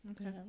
Okay